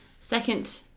second